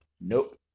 Nope